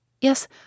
Yes